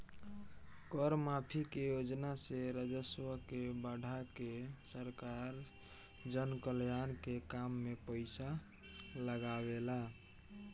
कर माफी के योजना से राजस्व के बढ़ा के सरकार जनकल्याण के काम में पईसा लागावेला